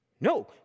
No